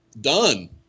Done